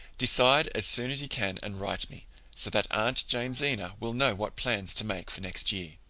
decide as soon as you can and write me, so that aunt jamesina will know what plans to make for next year.